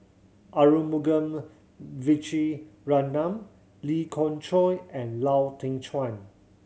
Arumugam Vijiaratnam Lee Khoon Choy and Lau Teng Chuan